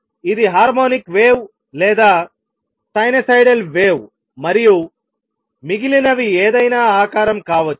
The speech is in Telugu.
ఇది హార్మోనిక్ వేవ్ లేదా సైనూసోయిడల్ వేవ్ మరియు మిగిలినవి ఏదైనా ఆకారం కావచ్చు